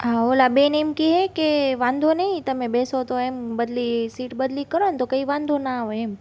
હા ઓલા બેન એમ કહે છે કે વાંધો નહીં તમે બેસો તો એમ બદલી સીટ બદલી કરોને તો કાંઈ વાંધો ના આવે એમ